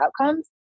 outcomes